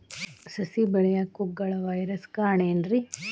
ಸಸಿ ಬೆಳೆಯಾಕ ಕುಗ್ಗಳ ವೈರಸ್ ಕಾರಣ ಏನ್ರಿ?